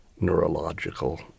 neurological